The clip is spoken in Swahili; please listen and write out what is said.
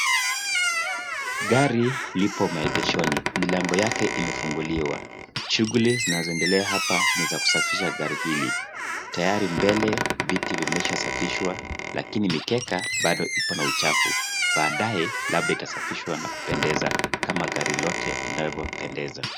Gari lipo maegeshoni. Milango yake imefunguliwa. Shughuli zinazoendela hapa ni za kusafisha gari hili. Tayri mbele viti vimeshasafishwa lakini mikeka bado ipo na uchafu. Baadae, labda itasafishwa na kupendeza kama gari lote linavyopendeza.